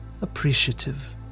appreciative